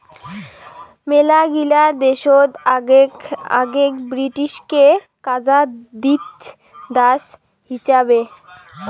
মেলাগিলা দেশত আগেক ব্রিটিশকে কাজা দিত দাস হিচাবে